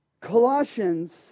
Colossians